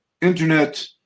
internet